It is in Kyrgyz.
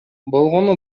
болгону